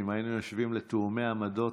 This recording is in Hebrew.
נראה לי שאם היינו יושבים לתיאומי עמדות,